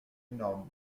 énormes